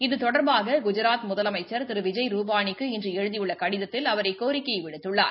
இது தொடர்பாக கஜராத் முதலமைச்சள் திரு விஜய் ருபானிக்கு இன்று எழுதியுள்ள கடிதத்தில் அவர் இக்கோரிக்கையை விடுத்துள்ளார்